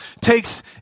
takes